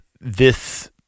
this-